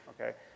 okay